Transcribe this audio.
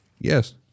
yes